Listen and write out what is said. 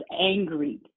angry